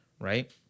Right